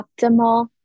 optimal